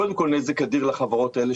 קודם כול נזק אדיר לחברות האלה,